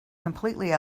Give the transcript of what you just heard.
completely